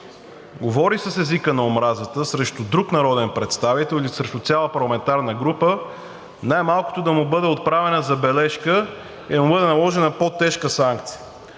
говори с езика на омразата срещу друг народен представител или срещу цяла парламентарна група, най-малкото да му бъде отправена забележка и да му бъде наложена по-тежка санкция.